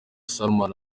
salman